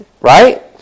Right